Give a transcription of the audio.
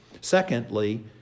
secondly